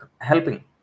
helping